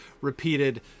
repeated